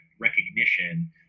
recognition